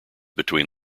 between